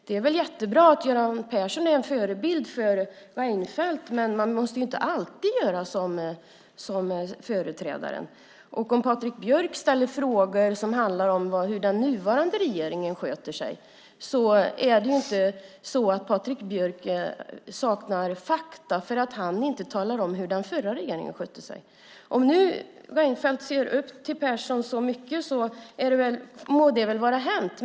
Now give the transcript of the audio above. Det är väl jättebra att Göran Persson är en förebild för Reinfeldt, men man måste inte alltid göra som företrädaren. Om Patrik Björck ställer frågor om hur den nuvarande regeringen sköter sig är det inte så att han saknar fakta om hur den förra regeringen skötte sig. Om Reinfeldt ser upp till Persson så mycket må det väl vara hänt.